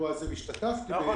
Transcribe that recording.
והשתתפתי,